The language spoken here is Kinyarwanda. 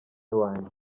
wanjye